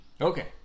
Okay